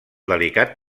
delicat